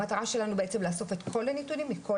המטרה שלנו בעצם לאסוף את כל הנתונים מכל